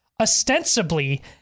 ostensibly